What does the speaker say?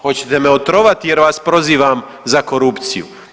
Hoćete me otrovati jer vas prozivam za korupciju?